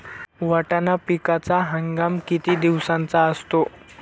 वाटाणा पिकाचा हंगाम किती दिवसांचा असतो?